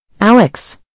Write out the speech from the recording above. Alex